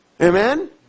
Amen